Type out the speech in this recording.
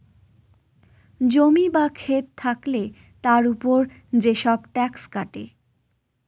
জমি বা খেত থাকলে তার উপর যেসব ট্যাক্স কাটে